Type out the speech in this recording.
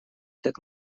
так